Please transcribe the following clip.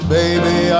baby